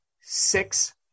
six